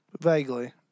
Vaguely